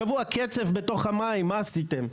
השבוע קצף בתוך המים מה עשיתם,